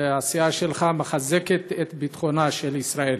והסיעה שלך מחזקת את ביטחונה של ישראל.